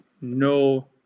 no